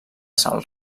sal